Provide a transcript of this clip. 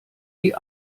die